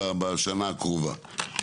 בשנה הקרובה.